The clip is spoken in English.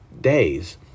days